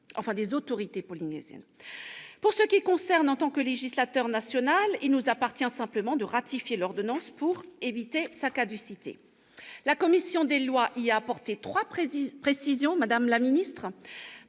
des autorités polynésiennes. Pour ce qui nous concerne, en tant que législateur national, il nous appartient simplement de ratifier l'ordonnance pour éviter sa caducité. La commission des lois y a apporté trois précisions : par analogie